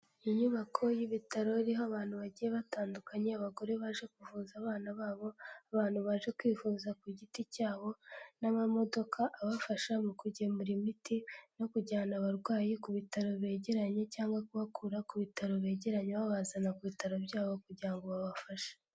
Inyubako y'ibitaro iriho abantu bagiye batandukanye, abagore baje kuvuza abana babo, abantu baje kwivuza ku giti cyabo n'amamodoka abafasha mu kugemura imiti no kujyana abarwayi ku bitaro begeranye cyangwa kubakura ku bitaro begeranye, babazana ku bitaro byabo kugira ngo babafashe.